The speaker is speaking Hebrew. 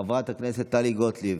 חברת הכנסת טלי גוטליב,